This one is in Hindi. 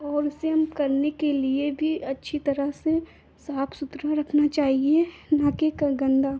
और उसे हम करने के लिए भी अच्छी तरह से साफ सुथरा रखना चाहिए न कि ग गंदा